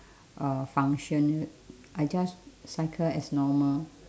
uh function I just cycle as normal